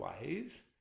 ways